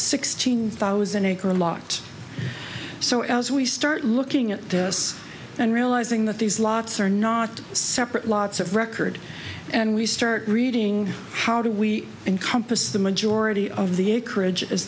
sixteen thousand acre lot so as we start looking at us and realizing that these lots are not separate lots of record and we start reading how do we encompass the majority of the acreage as